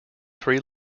three